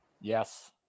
Yes